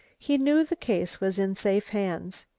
he knew the case was in safe hands.